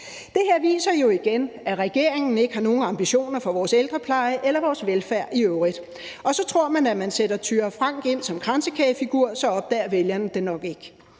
»Det her viser jo igen, at regeringen ikke har nogen ambitioner for vores ældrepleje - eller vores velfærd i øvrigt. Og så tror man, at hvis man sætter Thyra Frank ind som kransekagefigur, så opdager vælgerne det nok ikke